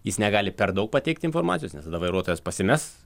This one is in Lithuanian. jis negali per daug pateikti informacijos nes tada vairuotojas pasimes